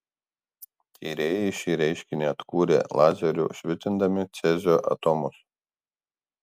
tyrėjai šį reiškinį atkūrė lazeriu švitindami cezio atomus